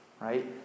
right